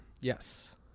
Yes